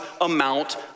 amount